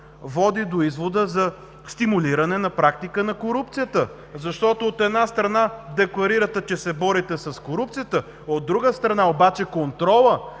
води до извода за стимулиране на практика на корупцията. От една страна, декларирате, че се борите с корупцията, а, от друга страна обаче, контрола,